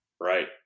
Right